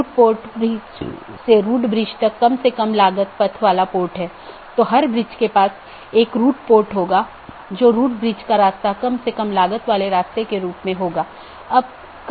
network layer की जानकारी क्या है इसमें नेटवर्क के सेट होते हैं जोकि एक टपल की लंबाई और उपसर्ग द्वारा दर्शाए जाते हैं जैसा कि 14 202 में 14 लम्बाई है और 202 उपसर्ग है और यह उदाहरण CIDR रूट है